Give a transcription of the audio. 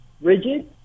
rigid